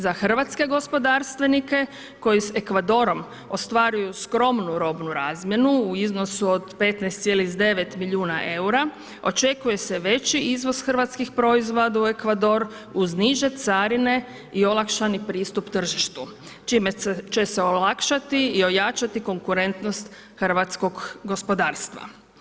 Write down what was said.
Za hrvatske gospodarstvenike koji s Ekvadorom ostvaruju skromnu robnu razmjenu u iznosu od 15,9 milijuna eura očekuje se veći izvoz hrvatskih proizvoda u Ekvador uz niže carine i olakšani pristup tržištu čime će se olakšati i ojačati konkurentnost hrvatskog gospodarstva.